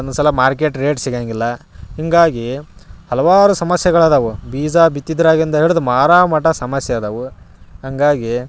ಒಂದು ಸಲ market rate ಸಿಗಂಗಿಲ್ಲ ಹೀಗಾಗಿ ಹಲವಾರು ಸಮಸ್ಯೆಗಳು ಅದಾವು ಬೀಜ ಬಿತ್ತಿದಾಗಿಂದ ಹಿಡ್ದು ಮಾರೋ ಮಟ್ಟ ಸಮಸ್ಯೆ ಅದಾವು ಹಾಗಾಗಿ